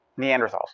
Neanderthals